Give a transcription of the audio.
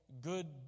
good